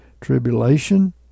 tribulation